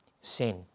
sin